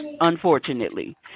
Unfortunately